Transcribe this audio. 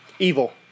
Evil